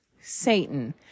Satan